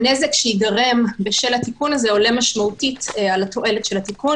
הנזק שייגרם בשל התיקון הזה עולה משמעותית על התועלת של התיקון,